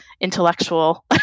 intellectual